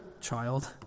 child